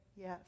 yes